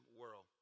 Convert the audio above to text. world